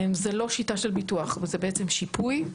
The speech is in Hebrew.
זה לא שיטה של ביטוח אבל זה בעצם שיפוי.